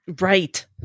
Right